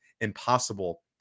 impossible